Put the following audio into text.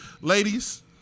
Ladies